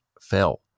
fell